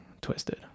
twisted